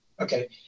Okay